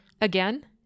Again